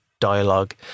dialogue